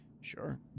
sure